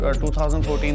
2014